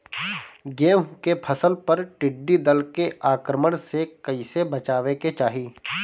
गेहुँ के फसल पर टिड्डी दल के आक्रमण से कईसे बचावे के चाही?